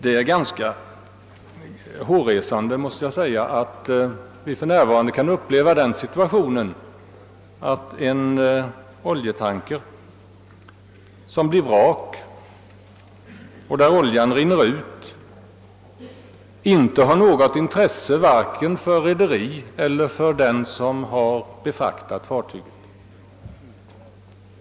Det är ganska hårresande att vi för närvarande kan uppleva den situationen att en oljetanker som blir vrak — så att olja rinner ut — inte har något intresse vare sig för rederiet eller för den som har befraktat den.